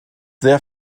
sehr